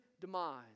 demise